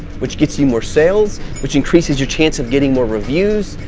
which gets you more sales, which increases your chance of getting more reviews,